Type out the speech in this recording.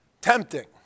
Tempting